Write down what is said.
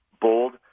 bold